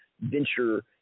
venture